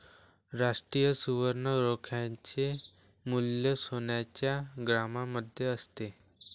राष्ट्रीय सुवर्ण रोख्याचे मूल्य सोन्याच्या ग्रॅममध्ये असते